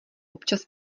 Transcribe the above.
občas